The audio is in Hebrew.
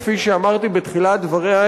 כפי שאמרתי בתחילת דברי,